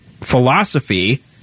philosophy